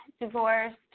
divorced